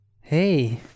Hey